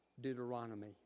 Deuteronomy